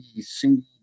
single